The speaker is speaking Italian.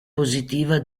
positiva